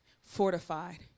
fortified